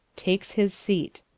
takes his seate.